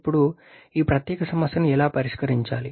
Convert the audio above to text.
కాబట్టి ఇప్పుడు ఈ ప్రత్యేక సమస్యను ఎలా పరిష్కరించాలి